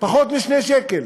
פחות מ-2 שקלים.